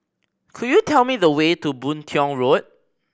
could you tell me the way to Boon Tiong Road